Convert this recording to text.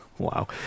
wow